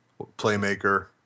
Playmaker